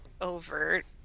overt